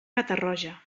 catarroja